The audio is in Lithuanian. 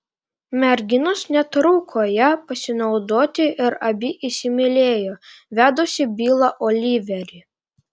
merginos netruko ja pasinaudoti ir abi įsimylėjo vedusį bilą oliverį